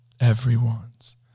everyone's